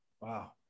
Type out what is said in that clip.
Wow